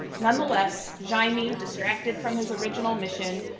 nonetheless, jaime distracted from his original mission,